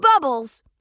bubbles